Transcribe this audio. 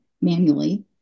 manually